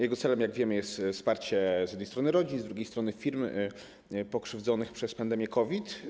Jego celem, jak wiemy, jest wsparcie z jednej strony rodzin, z drugiej strony firm pokrzywdzonych przez pandemię COVID.